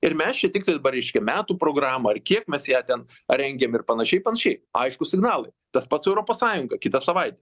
ir mes čia tiktai dabar reiškia metų programą ar kiek mes ją ten rengiam ir panašiai panašiai aiškūs signalai tas pats su europos sąjunga kitą savaitę